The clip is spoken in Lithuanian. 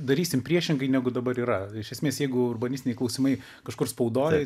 darysim priešingai negu dabar yra iš esmės jeigu urbanistiniai klausimai kažkur spaudoj